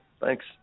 Thanks